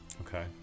Okay